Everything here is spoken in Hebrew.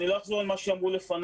אני לא אחזור על מה שאמרו לפניי.